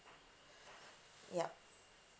ya